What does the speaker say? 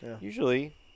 Usually